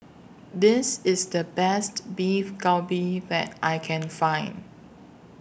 This IS The Best Beef Galbi that I Can Find